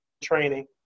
training